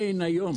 אין כמעט היום